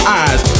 eyes